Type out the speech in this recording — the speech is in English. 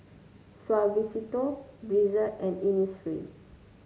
Suavecito Breezer and Innisfree